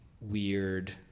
weird